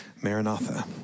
Maranatha